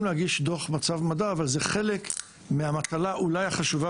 להגיש דוח מצב מדע אבל זה חלק מהמטלה אולי החשובה